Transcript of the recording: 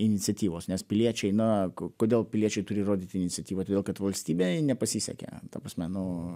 iniciatyvos nes piliečiai na kodėl piliečiai turi rodyti iniciatyvą todėl kad valstybei nepasisekė ta prasme nu